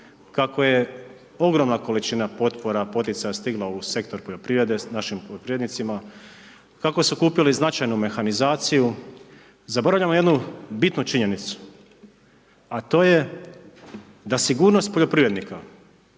kako je ogromna količina potpora, poticaja, stigla u sektor poljoprivrede s našim poljoprivrednicima, kako su kupili značajnu mehanizaciju, zaboravljamo jednu bitnu činjenicu, a to je da sigurnost poljoprivrednika,